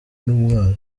n’umwana